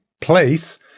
place